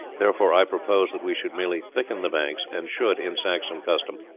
therefore i propose that we should merely thicken the banks, and should, in saxon custom,